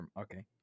Okay